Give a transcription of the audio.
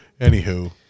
Anywho